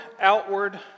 outward